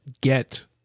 get